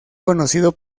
conocido